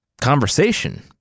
conversation